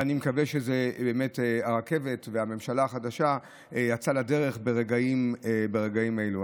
ואני מקווה באמת שזו הרכבת ושהממשלה החדשה יצאה לדרך ברגעים אלו.